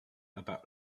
about